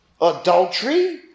adultery